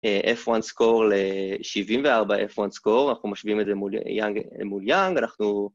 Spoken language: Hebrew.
F1-score ל-74 F1-score, אנחנו משווים את זה מול יאנג, אנחנו...